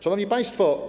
Szanowni Państwo!